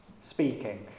speaking